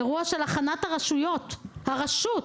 אירוע של הכנת הרשויות, הרשות,